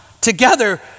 together